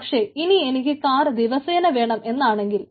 പക്ഷേ ഇനി എനിക്ക് കാർ ദിവസേന വേണം എന്നാണെങ്കിൽ